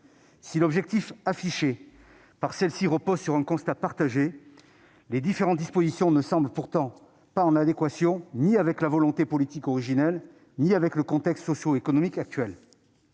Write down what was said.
Si l'objectif affiché repose sur un constat partagé, les différentes dispositions du texte ne semblent pourtant en adéquation ni avec la volonté politique originelle ni avec le contexte socioéconomique actuel.